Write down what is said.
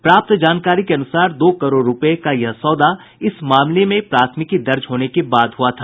प्राप्त जानकारी के अनुसार दो करोड़ रुपये का यह सौदा इस मामले में प्राथमिकी दर्ज होने के बाद हुआ था